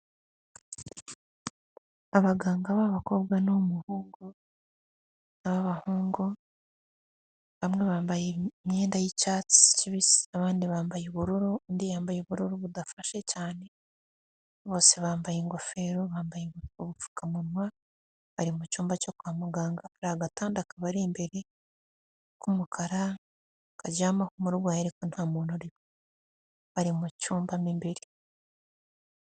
Abaganga b'abakobwa nab'abahungu, bamwe bambaye imyenda y'icyatsi kibisi, abandi bambaye ubururu, undi yambaye ubururu budafashe cyane. Bose bambaye ingofero, bambaye ubupfukamunwa, bari mu cyumba cyo kwa muganga, hari agatanda kabari imbere k'umukara, karyamaho umurwayi ariko nta muntu uriho, bari mu cyumba mu imbere.